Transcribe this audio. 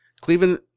Cleveland